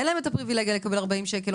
אין להם הפריבילגיה לקבל 40 שקלים,